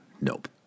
Nope